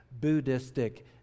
Buddhistic